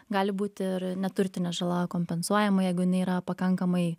gali būti ir neturtinė žala kompensuojama jeigu jinai yra pakankamai